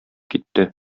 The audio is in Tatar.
китте